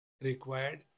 Required